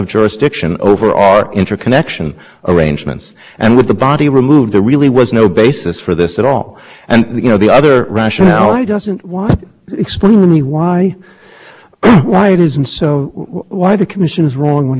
recognized but second because whatever that offer might say about that separate service it can't possibly be that we are saying that we are going to provide it on a common carriage basis between us and the edge providers we don't promise that